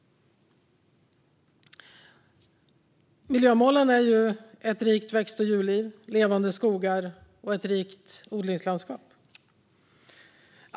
Miljömålen är bland annat Ett rikt växt och djurliv, Levande skogar och Ett rikt odlingslandskap.